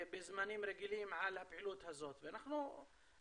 בזמנים רגילים על הפעילות הזאת ואנחנו רואים,